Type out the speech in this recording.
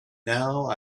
now